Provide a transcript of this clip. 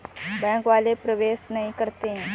Bank वाले प्रवेश नहीं करते हैं?